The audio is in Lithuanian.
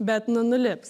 bet nu nulips